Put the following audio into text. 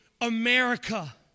America